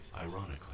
ironically